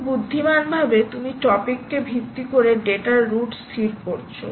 খুব বুদ্ধিমানভাবে তুমি টপিক কে ভিত্তি করে ডেটার রুট স্থির করছো